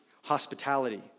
hospitality